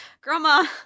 Grandma